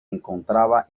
encontraba